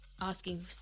Asking